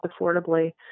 affordably